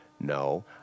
No